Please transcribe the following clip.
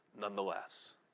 nonetheless